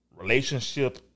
relationship